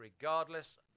regardless